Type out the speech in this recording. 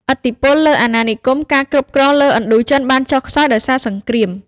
ឥទ្ធិពលលើអាណានិគមការគ្រប់គ្រងលើឥណ្ឌូចិនបាន ចុះខ្សោយ ដោយសារសង្គ្រាម។